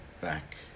back